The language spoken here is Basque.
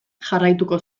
jarraituko